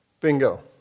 Bingo